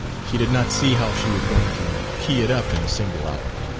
she did not see how she was going to key it up in a single hour.